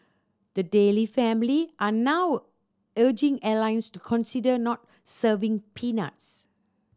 the Daley family are now urging airlines to consider not serving peanuts